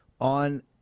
on